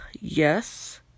yes